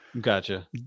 Gotcha